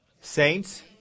Saints